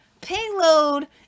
Payload